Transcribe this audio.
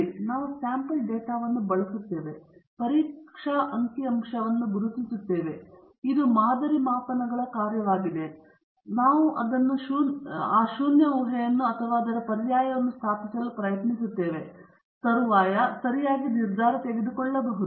ಸರಿ ನಾವು ಸ್ಯಾಂಪಲ್ ಡಾಟಾವನ್ನು ಬಳಸುತ್ತೇವೆ ಮತ್ತು ಪರೀಕ್ಷಾ ಅಂಕಿಅಂಶವನ್ನು ಗುರುತಿಸುತ್ತೇವೆ ಇದು ಮಾದರಿ ಮಾಪನಗಳ ಕಾರ್ಯವಾಗಿದೆ ಅದನ್ನು ನಾವು ಶೂನ್ಯ ಊಹೆಯನ್ನು ಅಥವಾ ಅದರ ಪರ್ಯಾಯವನ್ನು ಸ್ಥಾಪಿಸಲು ಪ್ರಯತ್ನಿಸುತ್ತೇವೆ ಮತ್ತು ತರುವಾಯ ಸರಿಯಾಗಿ ನಿರ್ಧಾರ ತೆಗೆದುಕೊಳ್ಳಬಹುದು